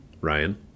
Ryan